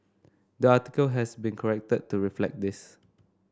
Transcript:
the article has been corrected to reflect this